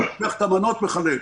הוא לוקח את המנות ומחלק.